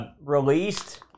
Released